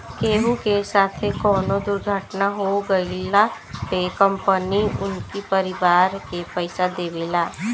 केहू के साथे कवनो दुर्घटना हो गइला पे कंपनी उनकरी परिवार के पईसा देवेला